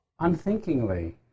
unthinkingly